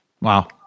Wow